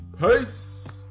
Peace